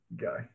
go